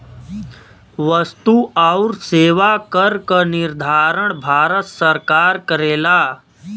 वस्तु आउर सेवा कर क निर्धारण भारत सरकार करेला